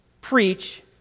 Preach